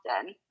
often